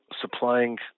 supplying